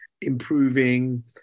improving